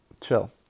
Chill